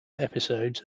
episodes